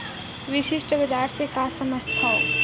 विशिष्ट बजार से का समझथव?